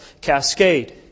cascade